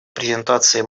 презентации